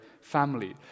family